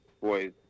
boys